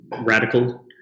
radical